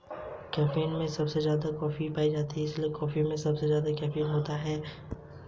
mutual fund एक पेशेवर रूप से प्रबंधित निवेश फंड है जो निवेशकों से पैसा जमा कराता है